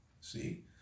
See